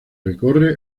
recorre